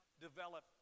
develop